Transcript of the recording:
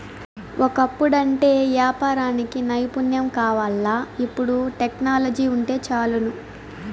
ఒకప్పుడంటే యాపారానికి నైపుణ్యం కావాల్ల, ఇపుడు టెక్నాలజీ వుంటే చాలును